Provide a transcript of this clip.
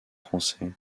français